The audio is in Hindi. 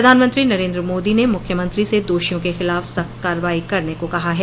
प्रधानमंत्री नरेन्द्र मोदी ने मुख्यमत्री से दोषियों के खिलाफ सख्त कार्रवाई करने को कहा है